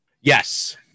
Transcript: Yes